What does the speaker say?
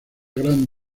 gran